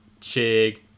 Chig